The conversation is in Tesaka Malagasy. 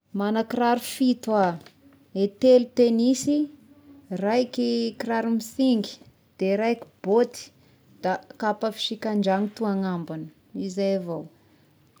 Magna kiraro fito ah: eh telo tenisy, raiky kiraro misingy ,de raiky bôty, da kapa fisika an-dragno toa ny ambogny de izay avao.